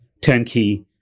turnkey